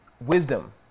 Wisdom